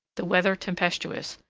the weather tempestuous,